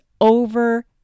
over